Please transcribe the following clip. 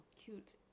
cute